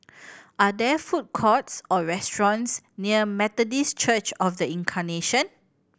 are there food courts or restaurants near Methodist Church Of The Incarnation